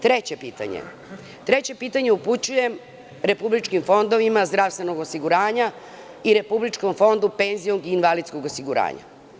Treće pitanje upućujem republičkim fondovima zdravstvenog osiguranja i Republičkom fondu penzionog i invalidskog osiguranja.